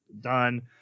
done